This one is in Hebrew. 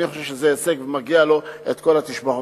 אני חושב שזה הישג, ומגיעות לו כל התשבחות.